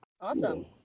Awesome